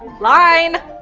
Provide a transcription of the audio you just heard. line,